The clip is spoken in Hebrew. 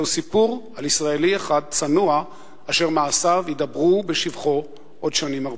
זהו סיפור על ישראלי אחד צנוע אשר מעשיו ידברו בשבחו עוד שנים הרבה.